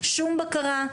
שום בקרה,